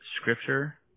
scripture